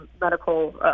medical